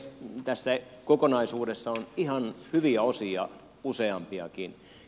tässä kokonaisuudessa on ihan hyviä osia useampiakin